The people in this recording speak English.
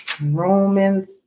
Romans